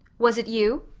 was it you?